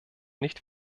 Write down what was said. nicht